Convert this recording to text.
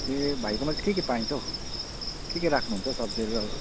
ए भाइकोमा चाहिँ के के पाइन्छ हौ के के राख्नुहुन्छ हौ सब्जीहरू